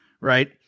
right